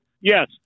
yes